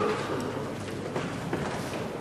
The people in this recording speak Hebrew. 1937 ו-1952: